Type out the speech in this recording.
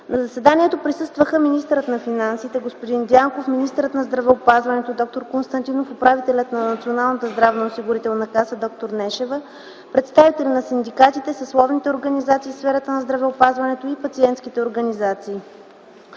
На заседанието присъстваха: министърът на финансите господин Симеон Дянков, министърът на здравеопазването д-р Стефан -Константинов, управителят на Националната здравноосигурителна каса д-р Нели Нешева, представители на синдикатите, съсловните организации в сферата на здравеопазването и на пациентските организации.